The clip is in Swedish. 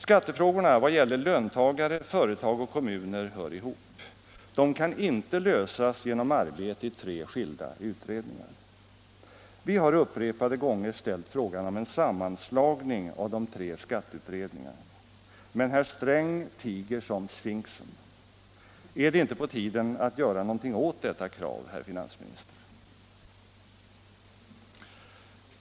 Skattefrågorna i vad gäller löntagare, företag och kommuner hör ihop. De kan inte lösas genom arbete i tre skilda utredningar. Vi har upprepade gånger ställt frågan om en sammanslagning av de tre skatteutredningarna, men herr Sträng tiger som sfinxen. Är det inte på tiden att göra något åt detta krav, herr finansminister?